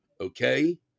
okay